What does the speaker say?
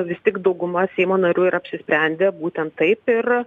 vis tik dauguma seimo narių ir apsisprendė būtent taip ir